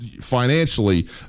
financially